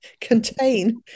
contain